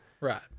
Right